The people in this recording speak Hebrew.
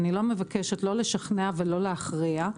אני לא מבקשת לשכנע או להכריע.